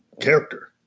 character